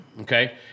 okay